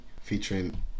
featuring